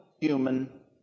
human